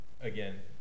again